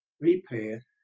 repair